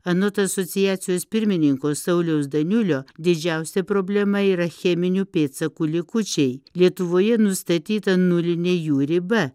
anot asociacijos pirmininko sauliaus daniulio didžiausia problema yra cheminių pėdsakų likučiai lietuvoje nustatyta nulinė jų riba